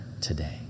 today